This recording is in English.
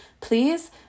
please